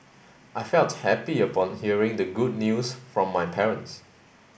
I felt happy upon hearing the good news from my parents